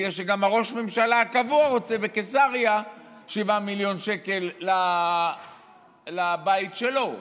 בגלל שגם ראש הממשלה הקבוע רוצה בקיסריה 7 מיליון שקל לבית שלו.